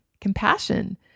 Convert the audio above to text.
compassion